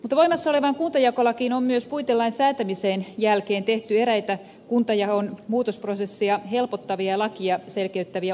mutta voimassa olevaan kuntajakolakiin on myös puitelain säätämisen jälkeen tehty eräitä kuntajaon muutosprosessia helpottavia lakia selkeyttäviä osittaisuudistuksia